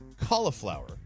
cauliflower